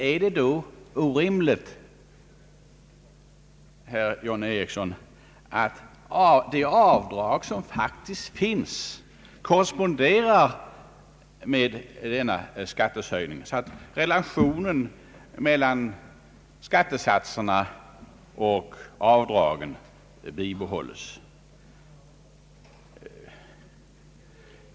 är det då orimligt, herr John Ericsson, att de avdrag, som faktiskt finns, anpassas på sådant sätt att de korresponderar med skattehöjningen, så att relationen mellan skattesatserna och avdragen någorlunda bibehålls?